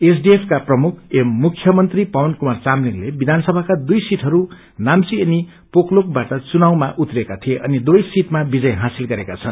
SDF का प्रमुख एवं मुख्य मंत्री पवन कुमार चाम्लिङले विघानसभाको दुईसिटहरू नाम्वी अनि पोकलोकबाट चुनावमा उत्रिएका थिए अनि दुवे सिटमा विजय हासलि गरेका छन्